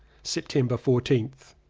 september fourteenth.